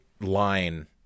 line